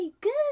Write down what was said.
good